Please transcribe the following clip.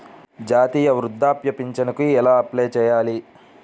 జాతీయ వృద్ధాప్య పింఛనుకి ఎలా అప్లై చేయాలి?